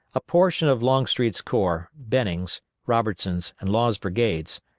a portion of longstreet's corps, benning's, robertson's, and law's brigades,